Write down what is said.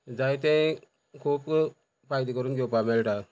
जायतें खूब फायदे करून घेवपा मेयटा